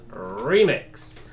remix